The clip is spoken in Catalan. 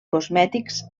cosmètics